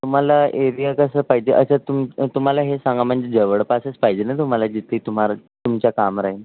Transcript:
तुम्हाला एरिया कसं पाहिजे अच्छा तुम तुम्हाला हे सांगा म्हणजे जवळपासच पाहिजे ना तुम्हाला जिथे तुम्हाला तुमचं काम राहील